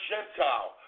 Gentile